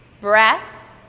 breath